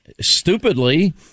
stupidly